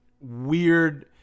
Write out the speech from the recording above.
weird –